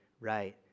right